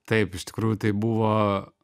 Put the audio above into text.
taip iš tikrųjų tai buvo